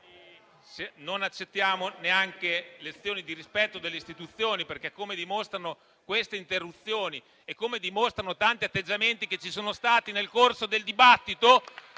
Non accettiamo neanche lezioni di rispetto delle istituzioni, come dimostrano queste interruzioni e i tanti atteggiamenti che ci sono stati nel corso del dibattito,